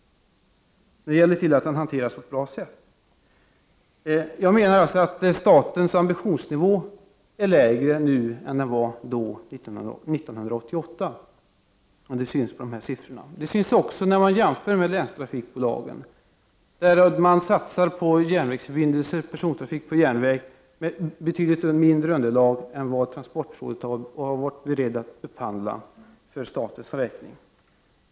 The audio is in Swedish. Det gäller att den hanteras på ett bra sätt. Jag menar att statens ambitionsnivå är lägre nu än år 1988. Det märks på siffrorna, och det syns också när man jämför med länstrafikbolagen. Man satsar där på persontrafiken på järnväg med betydligt mindre trafikunderlag än vad transportrådet har varit berett att acceptera vid upphandling för statens räkning.